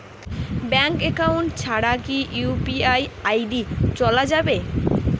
Bank account ছাড়া কি UPI ID চোলা যাবে?